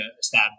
stab